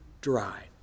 dry